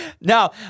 now